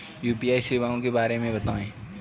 UPI सेवाओं के बारे में बताएँ?